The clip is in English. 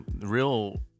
real